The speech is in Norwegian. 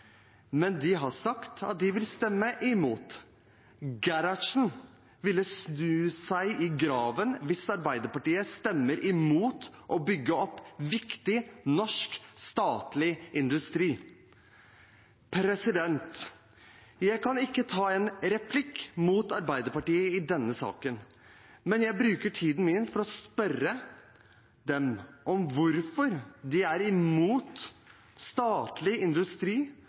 men de har sagt at de vil stemme imot. Gerhardsen vil snu seg i graven hvis Arbeiderpartiet stemmer imot å bygge opp viktig norsk statlig industri. Jeg kan ikke ta en replikk mot Arbeiderpartiet i denne saken. Men jeg bruker tiden min for å spørre dem om hvorfor de er imot statlig industri